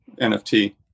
NFT